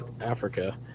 Africa